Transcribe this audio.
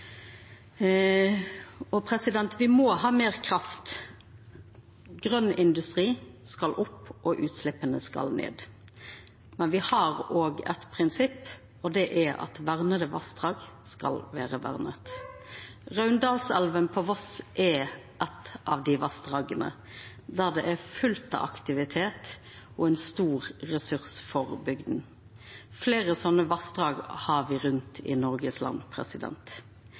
må ha meir kraft. Grøn industri skal opp, og utsleppa skal ned. Men me har òg eit prinsipp, og det er at verna vassdrag skal vera verna. Raundalselva på Voss er eit av vassdraga der det er fullt av aktivitet, og det er ein stor ressurs for bygda. Fleire sånne vassdrag har me rundt i Noregs land.